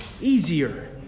easier